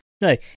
no